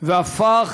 והפך